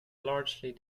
largely